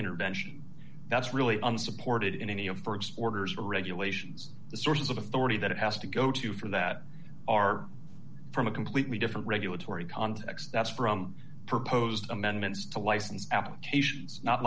intervention that's really unsupported in any of the st orders or regulations the source of authority that it has to go to for that are from a completely different regulatory context that's from proposed amendments to license applications not